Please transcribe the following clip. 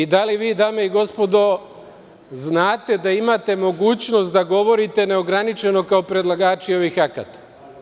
Da li vi, dame i gospodo, znate da imate mogućnost da govorite neograničeno kao predlagači ovih akata?